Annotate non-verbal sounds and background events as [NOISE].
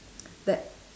[NOISE] that